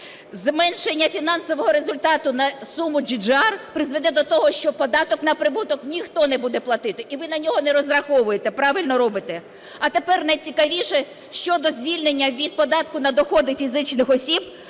Зменшення фінансового результату на суму GGR призведе до того, що податок на прибуток ніхто не буде платити. І ви на нього не розраховуйте, правильно робите. А тепер найцікавіше щодо звільнення від податку на доходи фізичних осіб